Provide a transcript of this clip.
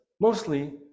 mostly